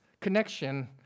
connection